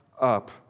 up